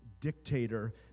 dictator